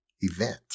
event